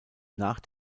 nach